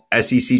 SEC